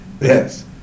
Yes